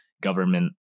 government